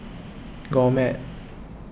Gourmet